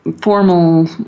formal